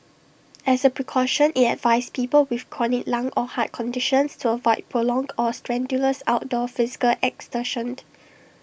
as A precaution IT advised people with chronic lung or heart conditions to avoid prolonged or strenuous outdoor physical exertion